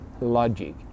logic